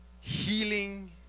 healing